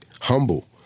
humble